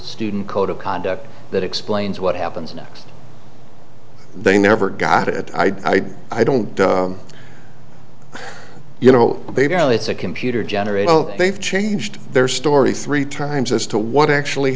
student code of conduct that explains what happens next they never got it i i don't you know they go it's a computer generated so they've changed their story three times as to what actually